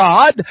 God